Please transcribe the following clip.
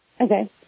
Okay